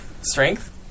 strength